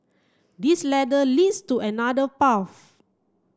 this ladder leads to another path